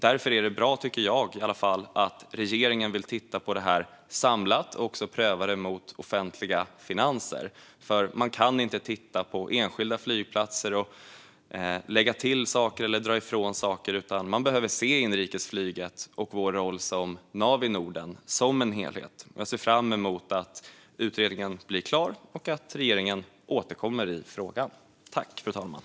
Därför är det bra, tycker jag, att regeringen vill titta på detta samlat och även pröva det mot offentliga finanser. Man kan inte titta på enskilda flygplatser och lägga till eller dra ifrån saker, utan man behöver se inrikesflyget och rollen som nav i Norden som en helhet. Jag ser fram emot att utredningen blir klar och att regeringen återkommer i frågan.